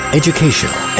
educational